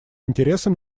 интересам